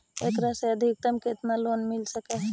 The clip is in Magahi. एकरा से अधिकतम केतना लोन मिल सक हइ?